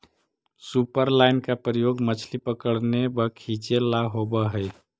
superline का प्रयोग मछली पकड़ने व खींचे ला होव हई